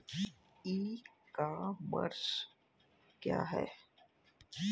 ई commerce क्या है?